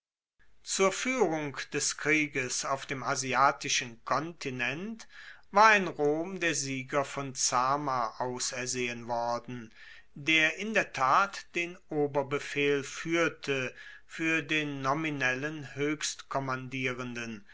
zur fuehrung des krieges auf dem asiatischen kontinent war in rom der sieger von zama ausersehen worden der in der tat den oberbefehl fuehrte fuer den nominellen